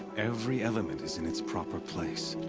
every element is in its proper place.